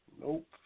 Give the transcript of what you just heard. Nope